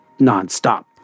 nonstop